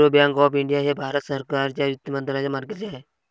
reserve Bank of India हे भारत सरकारच्या वित्त मंत्रालयाच्या मालकीचे आहे